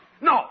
No